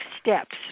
steps